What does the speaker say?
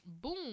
boom